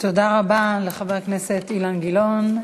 תודה רבה לחבר הכנסת אילן גילאון.